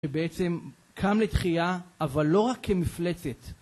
שבעצם קם לתחייה, אבל לא רק כמפלצת.